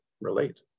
relate